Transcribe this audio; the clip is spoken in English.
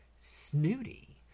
snooty